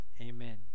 amen